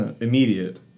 immediate